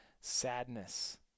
sadness